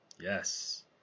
yes